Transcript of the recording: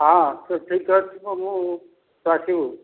ହଁ ଛୁଟି ତ ଥିବ ମୁଁ ତୁ ଆସିବୁ